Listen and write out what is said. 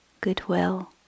goodwill